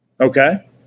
Okay